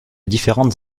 différentes